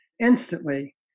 instantly